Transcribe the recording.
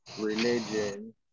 religion